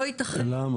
לא ייתכן -- למה,